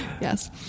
Yes